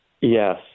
Yes